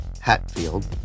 Hatfield